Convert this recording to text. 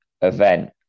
event